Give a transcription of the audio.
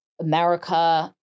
America